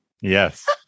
Yes